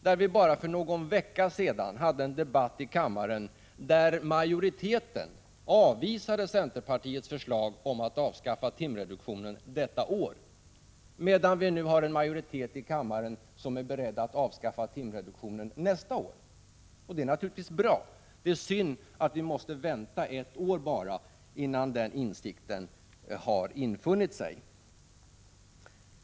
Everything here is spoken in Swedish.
För bara någon vecka sedan hade vi en debatt i kammaren där majoriteten avvisade centerpartiets förslag om att avskaffa timreduktionen detta år. Nu finns det en majoritet i kammaren som är beredd att avskaffa timreduktionen nästa år. Det är naturligtvis bra, synd 173 bara att vi måste vänta ett år innan den insikten har infunnit sig.